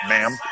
Ma'am